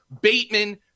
Bateman